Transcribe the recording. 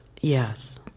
Yes